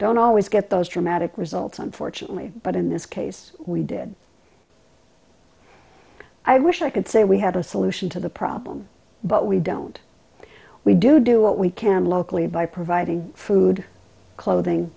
don't always get those dramatic results unfortunately but in this case we did i wish i could say we had a solution to the problem but we don't we do do what we can locally by providing food clothing